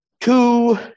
Two